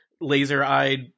laser-eyed